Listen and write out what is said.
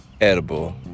edible